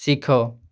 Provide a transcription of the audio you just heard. ଶିଖ